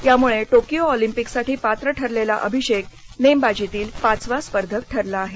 यामुळं टोकियो ऑलिम्पिकसाठी पात्र ठरलेला अभिषेक नेमबाजीतील पाचवा स्पर्धक ठरला आहे